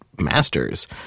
masters